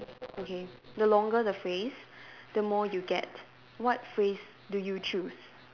okay the longer the phrase the more you get what phrase do you choose